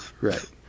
Right